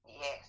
Yes